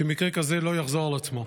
שמקרה כזה לא יחזור על עצמו,